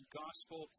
gospel